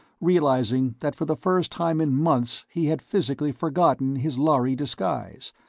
realizing that for the first time in months he had physically forgotten his lhari disguise,